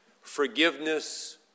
Forgiveness